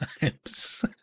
times